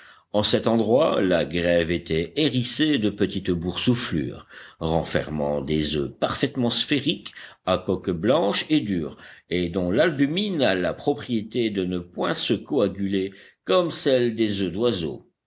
en cet endroit la grève était hérissée de petites boursouflures renfermant des oeufs parfaitement sphériques à coque blanche et dure et dont l'albumine a la propriété de ne point se coaguler comme celle des oeufs d'oiseaux